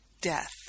death